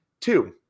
two